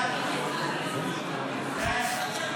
תעביר קורס לחוש הומור --- הצבעה על הגירוש.